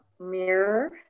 Mirror